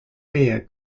beer